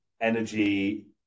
energy